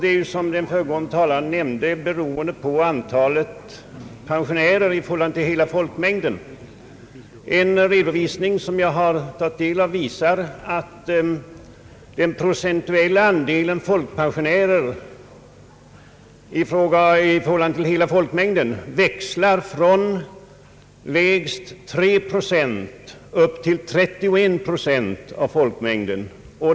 Den saken beror, som den föregående talaren nämnde, mycket på antalet pensionärer i kommunen i förhållande till hela folkmängden. En redovisning som jag har tagit del av visar att den procentuella andelen folkpensionärer växlar från lägst 3 procent upp till 31 procent av folkmängden.